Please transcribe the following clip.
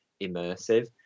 immersive